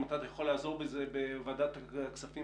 אם אתה יכול לעזור בזה בוועדת הכספים,